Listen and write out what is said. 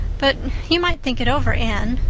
but you might think it over, anne.